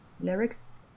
lyrics